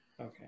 Okay